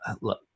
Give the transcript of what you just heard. look